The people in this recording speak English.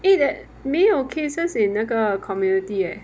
eh that 没有 cases in 那个 community eh